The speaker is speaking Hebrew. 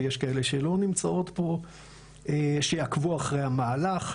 ויש כאלה שלא נמצאות פה שעקבו אחרי המהלך.